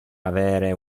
avere